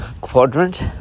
quadrant